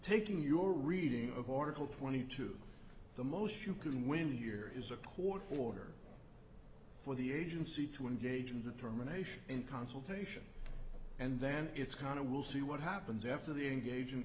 taking your reading of oracle twenty two the most you can win here is a poor order for the agency to engage in determination in consultation and then it's kind of we'll see what happens after the engagement